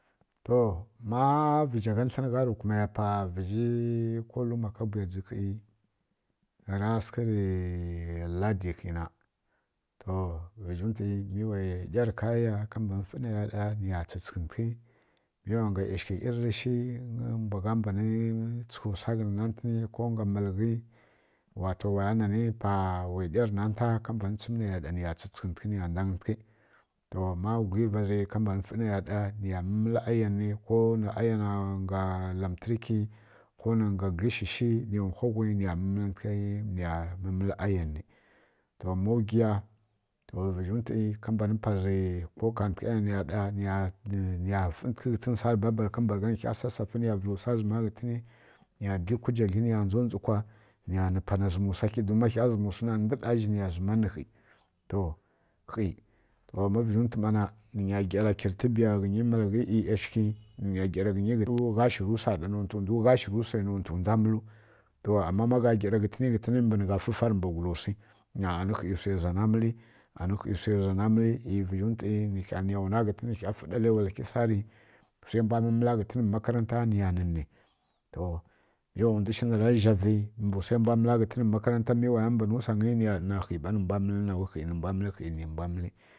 To ma vǝzha gha tlǝn gha shi kuma ya pa vǝha ko luma ka bwuyadzǝ khi ra sǝghǝrǝ ladi khina to vǝzhuntwi mi wa kaya kala tsǝtsǝghǝ kǝla zhina niya ˈfǝri niya tsǝtsǝghǝntǝghi mi wa nga ˈyashǝghǝ-yirrǝ shi mbwa gha mbanǝ thǝghǝ wsa khi na ko nga mǝlaghi pa wa ɗyarǝ nanta a tsǝmǝrǝ niya ɗa niya tsǝtsǝghǝntǝghi niya ndanghǝri to ma ghugliva zi ka mbanǝ ˈfǝri niya ɗa niya tsu mǝllǝ ayonǝ ri ko nǝ ayona nga lamtarki ko nga gǝglishishi niya wha ghui niya mǝmǝli ayonǝya ni to ma wghiya to vǝzhi ntwi ka mbanǝ pazǝ ko kantǝgha ya naiya ɗa niya ˈfǝntǝghǝ ghǝtǝn sarǝ ri babalǝ niya vǝlǝ wsa zǝma ghǝtǝni niya di kujagli niya ndzondzǝ kwa niya nǝ panai zǝm wsa khi ndǝɗa zhi niya nǝ khi to ma vǝzhǝn ntwi na niya ndzondzǝ ghǝnyi malghi ki nǝghǝnya gyara ki don gha shǝrǝ wsa ɗa nontu ndwu gha shǝri wsai nontǝ ndwa mǝlu to ama manǝgha sǝghǝ gyara ghǝtǝna ndwu mbǝ nigha shiri wsa faru kimbi ghi na ani khi wsai zan mǝli ani khi wsai zana mǝli ˈyi vǝzhintwi niya nwa ka ghǝntǝni nikha mǝlǝ wsai mbwa mǝla ka ghǝntǝni niya nǝni to ˈyi wa ndwi shi nara zhavi mbǝ wsa rǝ mbwa mǝla ghǝntǝn mbvǝ makaranta mi waya nani waya mbani to niya ɗana kha ɓa nǝ mbwa mǝlǝ ninau khi nǝmbwa mǝlǝ khi nǝmbwa mǝli